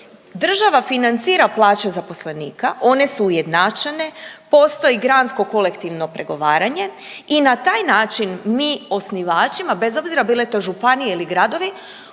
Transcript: država financira plaće zaposlenika, one su ujednačene, postoji gransko kolektivno pregovaranje i na taj način mi osnivačima, bez obzira bile to županije ili gradovi